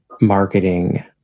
marketing